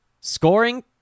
Scoring